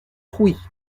trouy